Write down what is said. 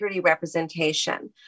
representation